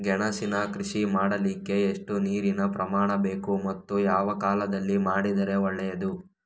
ಗೆಣಸಿನ ಕೃಷಿ ಮಾಡಲಿಕ್ಕೆ ಎಷ್ಟು ನೀರಿನ ಪ್ರಮಾಣ ಬೇಕು ಮತ್ತು ಯಾವ ಕಾಲದಲ್ಲಿ ಮಾಡಿದರೆ ಒಳ್ಳೆಯದು?